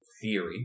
theory